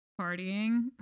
partying